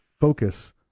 focus